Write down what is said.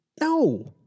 No